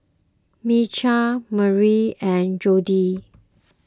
Micah Maria and Jodie